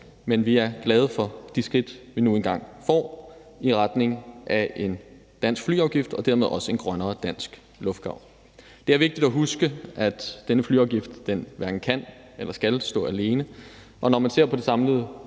men vi er glade for de skridt, vi nu engang får, i retning af en dansk flyafgift og dermed også en grønnere dansk luftfart. Det er vigtigt at huske, at denne flyafgift hverken kan eller skal stå alene, og når man ser på det samlede